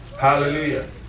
Hallelujah